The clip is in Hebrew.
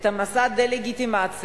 את מסע הדה-לגיטימציה,